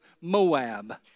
Moab